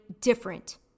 different